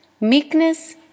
Meekness